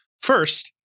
first